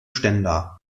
ständer